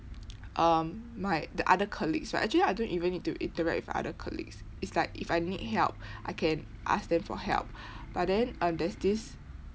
um my the other colleagues right actually I don't even need to interact with other colleagues it's like if I need help I can ask them for help but then uh there's this